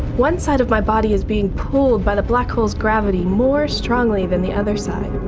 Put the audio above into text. one side of my body is being pulled by the black hole's gravity more strongly than the other side.